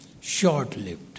short-lived